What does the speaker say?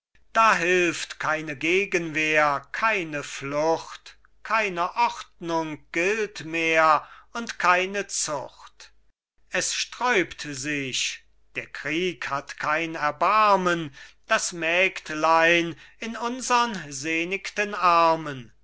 da hilft keine gegenwehr keine flucht keine ordnung gilt mehr und keine zucht es sträubt sich der krieg hat kein erbarmen das mägdlein in unsern sennigten armen